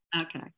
okay